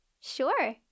Sure